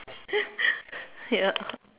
ya